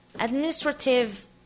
Administrative